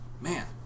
man